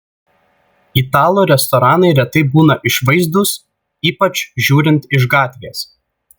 italų restoranai retai būna išvaizdūs ypač žiūrint iš gatvės